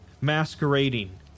masquerading